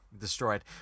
destroyed